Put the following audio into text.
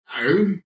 No